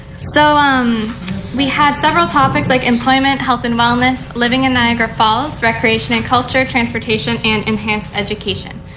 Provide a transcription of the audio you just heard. so um we had several topics like employment, health and wellness, living in niagra falls, recreation, and culture, transportation and enhanced education.